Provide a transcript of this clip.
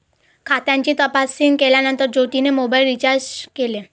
खात्याची तपासणी केल्यानंतर ज्योतीने मोबाइल रीचार्ज केले